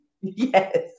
Yes